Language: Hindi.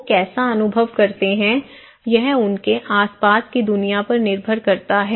लोग कैसा अनुभव करते हैं यह उनके आसपास की दुनिया पर निर्भर करता है